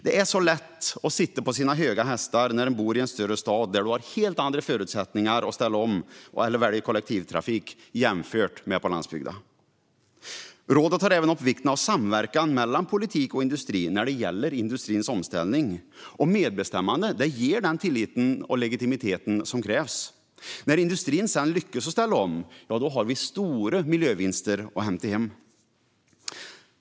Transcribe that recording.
Det är lätt att sätta sig på sina höga hästar när man bor i en större stad och har helt andra förutsättningar att ställa om eller välja kollektivtrafik jämfört med på landsbygden. Rådet tar även upp vikten av samverkan mellan politik och industri när det gäller industrins omställning. Medbestämmandet ger den tillit och legitimitet som krävs. När industrin sedan lyckas ställa om har vi stora miljövinster att hämta hem.